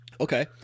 Okay